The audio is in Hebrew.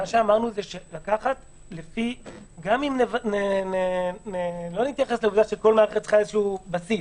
אמרנו שגם אם לא נתייחס לעובדה שכל מערכת צריכה איזה בסיס.